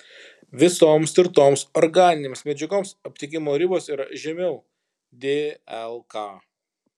visoms tirtoms organinėms medžiagoms aptikimo ribos yra žemiau dlk